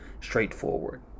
straightforward